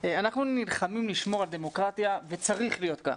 אנחנו נלחמים לשמור על דמוקרטיה וצריך להיות כך.